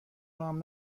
راهم